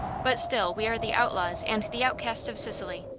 but still we are the outlaws and the outcasts of sicily,